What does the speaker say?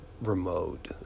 Remote